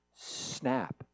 Snap